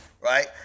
Right